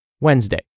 Wednesday